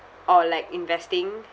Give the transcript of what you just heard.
or like investing